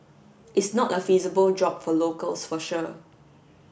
is not a feasible job for locals for sure